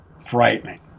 frightening